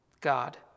God